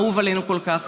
האהוב עלינו כל כך?